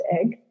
egg